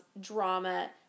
drama